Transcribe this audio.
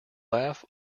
laugh